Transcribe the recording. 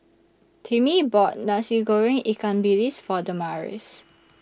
Timmie bought Nasi Goreng Ikan Bilis For Damaris